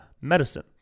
Medicine